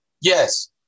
Yes